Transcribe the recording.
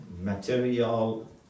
material